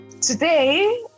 Today